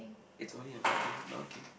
it's only a maybe but okay